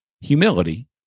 Humility